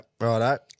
right